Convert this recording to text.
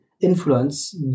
influence